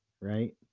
right